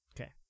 Okay